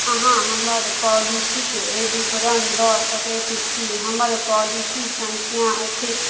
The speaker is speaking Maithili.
अहाँ हमर पॉलिसीक बिबरण दऽ सकैत छी हमर पॉलिसी संख्या अछि